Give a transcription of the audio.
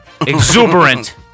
Exuberant